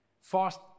fast